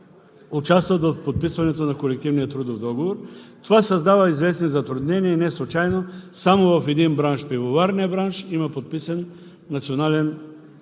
участват в подписването на колективния трудов договор. Това създава известни затруднения и неслучайно само в един бранш – пивоварният бранш, има подписан колективен